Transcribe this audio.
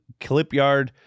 Clipyard